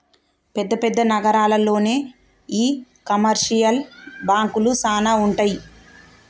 పెద్ద పెద్ద నగరాల్లోనే ఈ కమర్షియల్ బాంకులు సానా ఉంటాయి